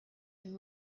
and